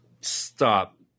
Stop